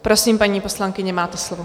Prosím, paní poslankyně, máte slovo.